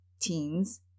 teens